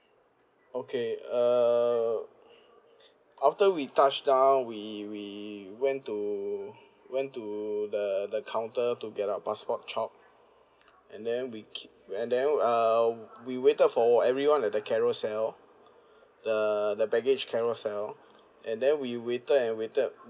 okay err after we touched down we we went to went to the the counter to get our passport chop and then we keep and then uh we waited for everyone at the carousel the the baggage carousel and then we waited and waited